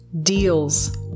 deals